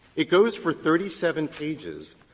it goes for thirty seven pages.